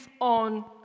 on